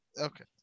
okay